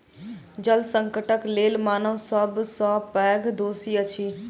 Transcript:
जल संकटक लेल मानव सब सॅ पैघ दोषी अछि